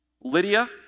Lydia